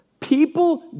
People